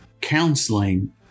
counseling